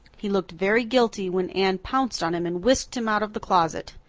he looked very guilty when anne pounced on him and whisked him out of the closet.